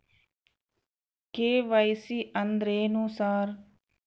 KYC ಅಂದ್ರೇನು sir?